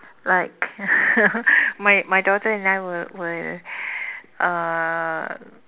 like my my daughter and I will will uh